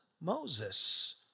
Moses